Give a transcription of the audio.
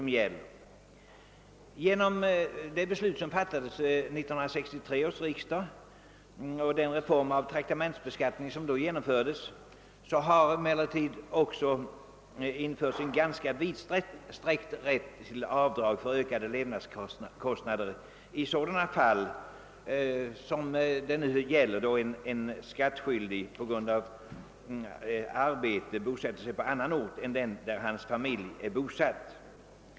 Genom det beslut som fattades av 1963 års riksdag och den form av traktamentsbeskattning som då genomfördes har emellertid införts en ganska vidsträckt rätt till avdrag för ökade levnadskostnader i sådana fall som det nu gäller — alltså då en skattskyldig på grund av arbete bosätter sig på annan ort än den där hans familj är bosatt.